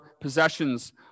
possessions